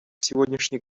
сегодняшних